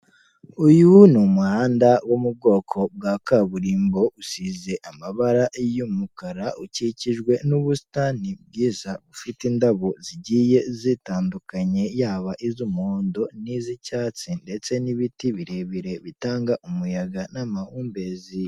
Uyu ni umuhanda wo mu bwoko bwa kaburimbo usize amabara y'umukara, ukikijwe n'ubusitani bwiza bufite indabo zigiye zitandukanye, yaba iz'umuhondo n'iz'icyatsi ndetse n'ibiti birebire bitanga umuyaga n'amahumbezi.